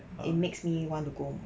it makes me want to go